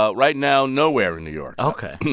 ah right now, nowhere in new york ok